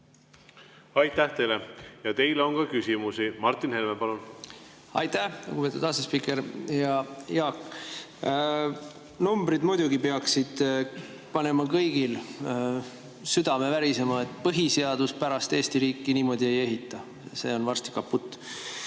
Aitäh teile! Teile on ka küsimusi. Martin Helme, palun! Aitäh, lugupeetud asespiiker! Hea Jaak! Numbrid muidugi peaksid panema kõigil südame värisema, põhiseaduspärast Eesti riiki niimoodi ei ehita. Sellega on varsti kaputt.